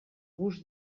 gust